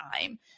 time